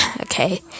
okay